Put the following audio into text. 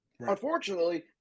unfortunately